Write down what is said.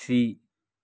పక్షి